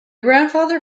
grandfather